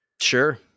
Sure